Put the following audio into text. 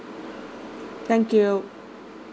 thank you